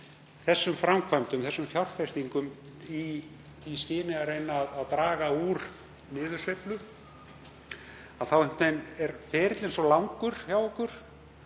þessum framkvæmdum, þessum fjárfestingum í því skyni að reyna að draga úr niðursveiflu. Þá er ferillinn svo langur hjá okkur